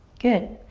good,